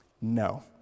no